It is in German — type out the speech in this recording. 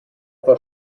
etwa